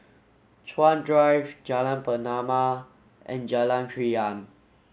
Chuan Drive Jalan Pernama and Jalan Krian